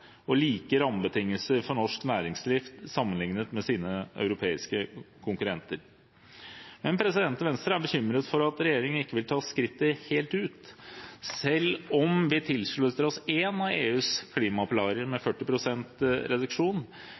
og like rammebetingelser for norsk næringsliv sammenliknet med europeiske konkurrenter. Men Venstre er bekymret for at regjeringen ikke vil ta skrittet helt ut. Selv om vi tilslutter oss en av EUs klimapilarer med 40 pst. reduksjon,